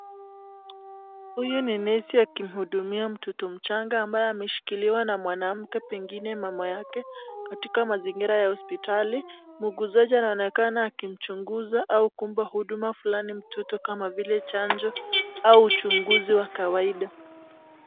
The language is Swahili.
Huyu ni nesi akimhudumia mtoto mchanga ambaye ameshikiliwa na mwanamke pengine mama yake katika mazingira ya hospitali. Muuguzaji anaonekana akimchunguza au kuumpa huduma fulani mtoto kama vile chanjo au uchunguzi wa kawaida.